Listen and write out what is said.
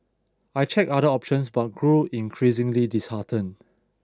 I checked other options but grew increasingly disheartened